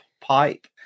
pipe